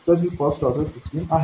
तर ही first order system आहे